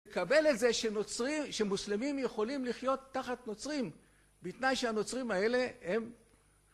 לקבל את זה שנוצרים... שמוסלמים יכולים לחיות תחת נוצרים, בתנאי שהנוצרים האלה הם...